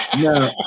No